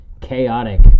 chaotic